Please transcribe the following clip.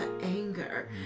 anger